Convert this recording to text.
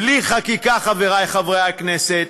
בלי חקיקה, חברי חברי הכנסת,